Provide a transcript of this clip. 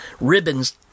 ribbons